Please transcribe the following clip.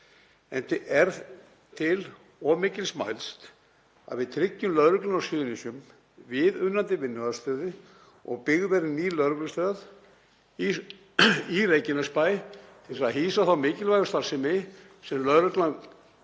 Er til of mikils mælst að við tryggjum lögreglunni á Suðurnesjum viðunandi vinnuaðstöðu og byggð verði ný lögreglustöð í Reykjanesbæ til að hýsa þá mikilvægu starfsemi sem lögreglan